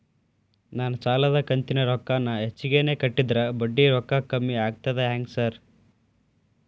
ನಾನ್ ಸಾಲದ ಕಂತಿನ ರೊಕ್ಕಾನ ಹೆಚ್ಚಿಗೆನೇ ಕಟ್ಟಿದ್ರ ಬಡ್ಡಿ ರೊಕ್ಕಾ ಕಮ್ಮಿ ಆಗ್ತದಾ ಹೆಂಗ್ ಸಾರ್?